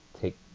take